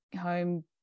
home